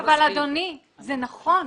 אבל אדוני זה נכון.